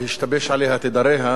בהשתבש עליה תדריה,